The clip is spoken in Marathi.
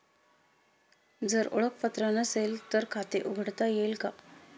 जर ओळखपत्र नसेल तर खाते उघडता येईल का?